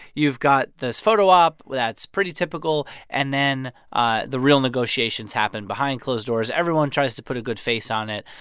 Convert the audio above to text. you've got this photo-op that's pretty typical. and then ah the real negotiations happen behind closed doors. everyone tries to put a good face on it.